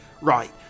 Right